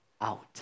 out